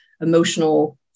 emotional